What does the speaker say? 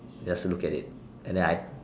just look at it and then I